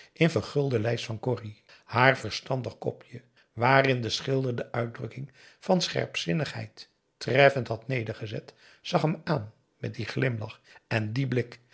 in vergulden lijst van corrie haar verstandig kopje waarin de schilder de uitdrukking van scherpzinnigheid treffend had nedergelegd zag hem aan met dien glimlach en dien blik